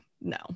No